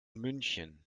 münchen